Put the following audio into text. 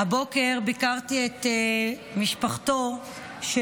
חודשים הם ציפו לשמוע משהו על